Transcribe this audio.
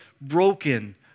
broken